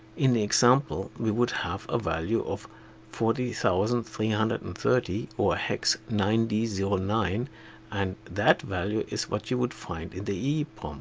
in the example, we would have a value forty thousand three hundred and thirty or hex nine d zero nine and that value is what you would find in the eeprom